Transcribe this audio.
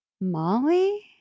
Molly